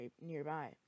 nearby